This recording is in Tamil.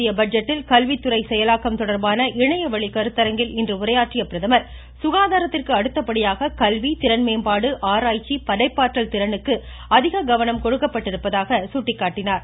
மத்திய பட்ஜெட்டில் கல்வி துறை செயலாக்கம் தொடர்பான இணையவழி கருத்தரங்கில் இன்று உரையாற்றிய பிரதமா் சுகாதாரத்திற்கு அடுத்தபடியாக கல்வி திறன்மேம்பாடு ஆராய்ச்சி படைப்பாற்றல் திறனுக்கு அதிகவனம் கொடுக்கப்பட்டிருப்பதாக சுட்டிக்காட்டினார்